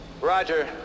Roger